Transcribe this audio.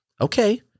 okay